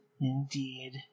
Indeed